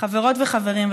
חברות וחברים,